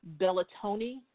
Bellatoni